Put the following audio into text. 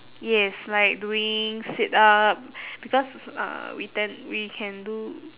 yes like doing sit up because uh we tend we can do